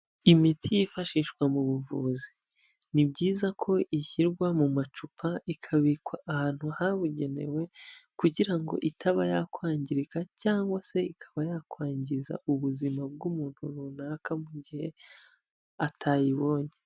Imiti yifashishwa mu buvuzi, ni byiza ko ishyirwa mu macupa ikabikwa ahantu habugenewe, kugira ngo itaba yakwangirika cyangwa se ikaba yakwangiza ubuzima bw'umuntu runaka mu gihe atayibonye.